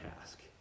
task